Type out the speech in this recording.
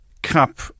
Cup